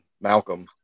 Malcolm